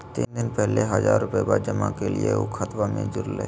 तीन दिन पहले हजार रूपा जमा कैलिये, ऊ खतबा में जुरले?